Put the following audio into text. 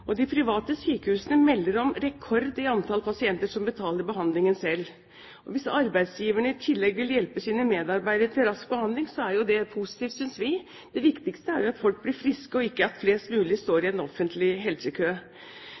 De private sykehusene melder om rekord i antall pasienter som betaler behandlingen selv. Hvis arbeidsgiverne i tillegg vil hjelpe sine medarbeidere til rask behandling, er jo det positivt, synes vi. Det viktigste er jo at folk blir friske, og ikke at flest mulig står i en offentlig helsekø.